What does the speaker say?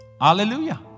Hallelujah